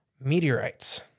Meteorites